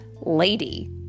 Lady